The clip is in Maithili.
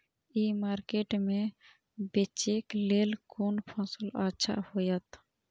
ई मार्केट में बेचेक लेल कोन फसल अच्छा होयत?